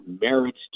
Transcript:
merits